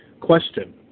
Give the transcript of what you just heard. Question